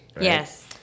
Yes